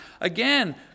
Again